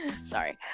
Sorry